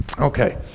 Okay